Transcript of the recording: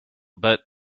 bet